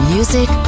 Music